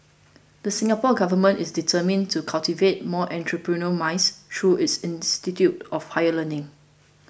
the Singapore Government is determined to cultivate more entrepreneurial minds through its institutes of higher learning